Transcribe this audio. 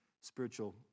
spiritual